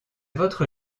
votre